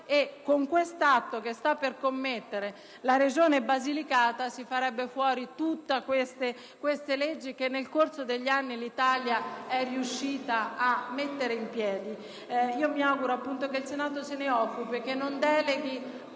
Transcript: Con l'atto che sta per commettere la Regione Basilicata si cancellerebbero tutte queste leggi che nel corso degli anni l'Italia è riuscita a mettere in piedi. Mi auguro che il Senato se ne occupi e che non deleghi